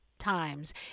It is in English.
Times